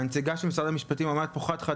והנציגה של משרד המשפטים אומרת פה חד-חד